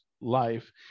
life